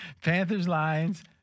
Panthers-Lions